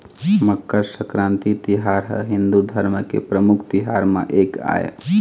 मकर संकरांति तिहार ह हिंदू धरम के परमुख तिहार म एक आय